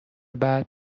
بعد